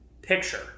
picture